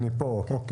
התאריך